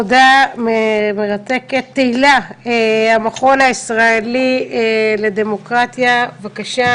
תהילה מהמכון הישראלי לדמוקרטיה, בבקשה.